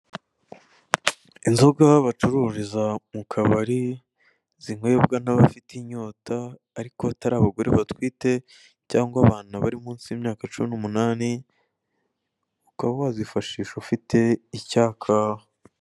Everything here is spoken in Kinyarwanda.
Inzoga bacururiza mu kabari, zinywebwa n'abafite inyota, ariko batari abagore batwite cyangwa abantu bari munsi y'imyaka cumi n'umunani, ukaba wazifashisha ufite icyaka.